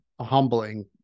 humbling